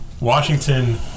Washington